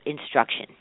instruction